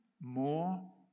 more